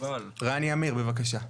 רני עמיר, בבקשה.